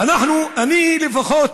אני לפחות